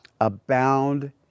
Abound